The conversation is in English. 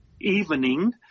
evening